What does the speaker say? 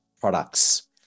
products